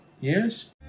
yes